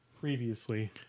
previously